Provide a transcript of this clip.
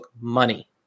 money